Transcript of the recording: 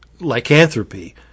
lycanthropy